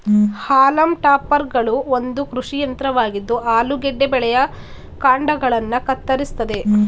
haulm ಟಾಪರ್ಗಳು ಒಂದು ಕೃಷಿ ಯಂತ್ರವಾಗಿದ್ದು ಆಲೂಗೆಡ್ಡೆ ಬೆಳೆಯ ಕಾಂಡಗಳನ್ನ ಕತ್ತರಿಸ್ತದೆ